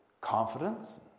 confidence